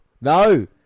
No